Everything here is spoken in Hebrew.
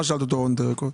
מה שאלת אותו און דה רקורד?